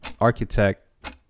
architect